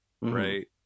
right